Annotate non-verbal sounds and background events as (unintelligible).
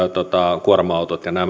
nämä kuorma autot ja nämä (unintelligible)